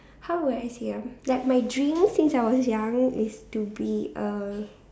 how would I say ah like my dream since I was young is to be a